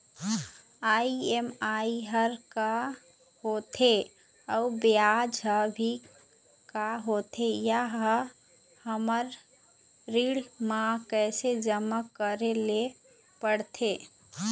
EMI हर का होथे अऊ ब्याज हर भी का होथे ये हर हमर ऋण मा कैसे जमा करे ले पड़ते?